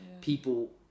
people